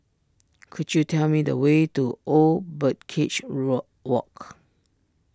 could you tell me the way to Old Birdcage Road Walk